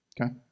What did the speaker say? Okay